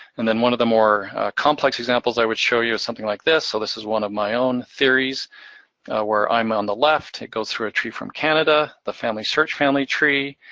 and then one of the more complex examples i would show you is something like this. so this is my one of my own theories where i'm on the left. it goes through a tree from canada, the familysearch family tree,